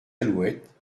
alouettes